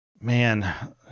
man